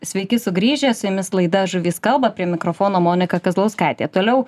sveiki sugrįžę su jumis laida žuvys kalba prie mikrofono monika kazlauskaitė toliau